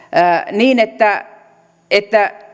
niin että että